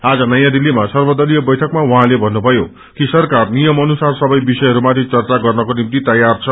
आज नयाँ दिसैमा सर्वदलीय बैठकमा उहाँले षन्नुषयो कि सरकार नियमानुसार सबै विषयहरूमाथि चचा गर्नको निम्ति तयार छ